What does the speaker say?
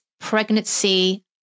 pregnancy